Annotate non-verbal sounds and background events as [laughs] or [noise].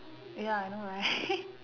ya I know right [laughs]